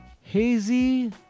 hazy